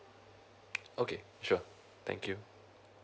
okay sure thank you